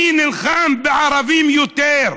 מי נלחם בערבים יותר.